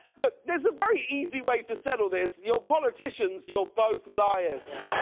look, there is a very easy way to settle this. your politicians you're both liars.